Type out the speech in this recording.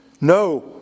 No